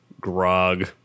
grog